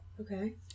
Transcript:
okay